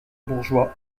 bourgeois